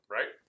Right